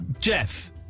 Jeff